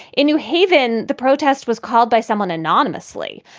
in new haven, the protest was called by someone anonymously.